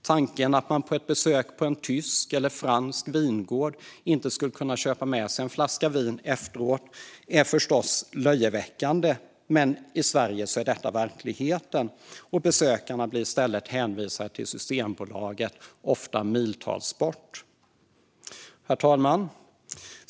Tanken att man vid ett besök på en tysk eller fransk vingård inte skulle kunna köpa med sig en flaska vin hem är förstås löjeväckande. Men i Sverige är detta verklighet, och besökarna blir i stället hänvisade till ett systembolag ofta miltals bort. Herr talman!